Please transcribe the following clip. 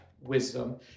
wisdom